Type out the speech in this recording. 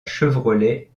chevrolet